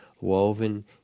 woven